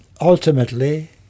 ultimately